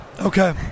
Okay